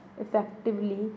effectively